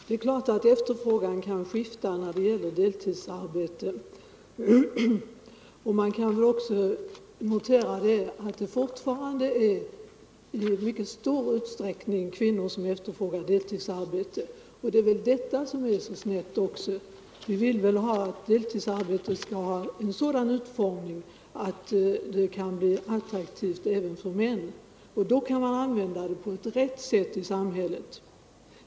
Herr talman! Det är klart att omfattningen av efterfrågan kan skifta när det gäller deltidsarbete. Man kan notera att det fortfarande i mycket stor utsträckning är kvinnor som efterfrågar deltidsarbete, och det är väl också detta som medför en snedbelastning — vi vill att deltidsarbetet skall ha en sådan utformning, att det kan bli attraktivt även för män. Då kan man använda det på ett rätt sätt i samhället.